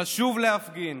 חשוב להפגין.